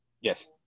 Yes